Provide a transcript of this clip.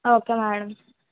okay madam